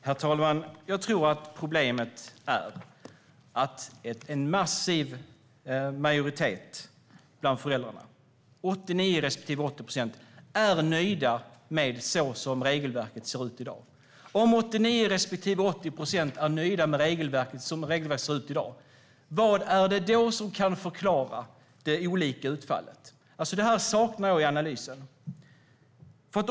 Herr talman! Jag tror att problemet är att en massiv majoritet av föräldrarna - 89 respektive 80 procent - är nöjda med hur regelverket ser ut i dag. Om 89 respektive 80 procent är nöjda med hur regelverket ser ut i dag, vad kan då förklara det olika utfallet? Det här saknar jag i analysen.